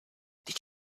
did